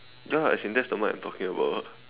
ya as in that's the mic I'm talking about